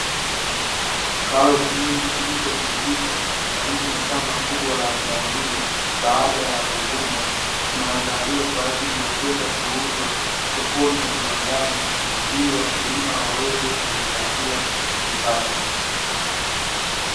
Karoti nyingi zilizorundikwa karibu na shamba kubwa la zao hilo baada ya kuvunwa, zinaandaliwa kwa ajili ya kwenda kuuzwa sokoni na viwandani ili wakulima waweze kujipatia kipato.